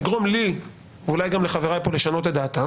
יגרום לי ואולי גם לחברי פה לשנות את דעתם